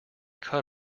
cut